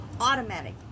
automatic